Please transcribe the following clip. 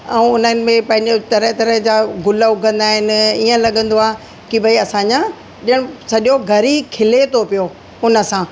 ऐं हुन में पंहिंजो तरह तरह जा ग़ुल उगंदा आहिनि इअं लॻंदो आहे कि भाई असांजा ॾियो सॼो घर ई खिले थो पियो हुन सां